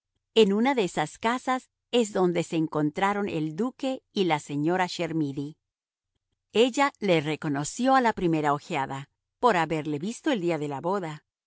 en una de esas casas es donde se encontraron el duque y la señora chermidy ella le reconoció a la primera ojeada por haberle visto el día de la boda